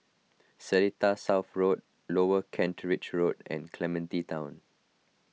Seletar South Road Lower Kent Ridge Road and Clementi Town